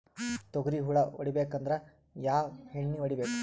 ತೊಗ್ರಿ ಹುಳ ಹೊಡಿಬೇಕಂದ್ರ ಯಾವ್ ಎಣ್ಣಿ ಹೊಡಿಬೇಕು?